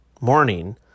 morning